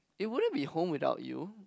it wouldn't be home without you